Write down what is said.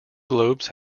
globes